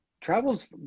travel's